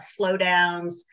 slowdowns